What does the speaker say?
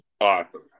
awesome